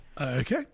Okay